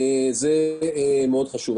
זה מאוד חשוב.